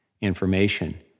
information